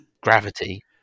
gravity